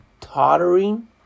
tottering